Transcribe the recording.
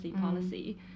policy